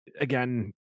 again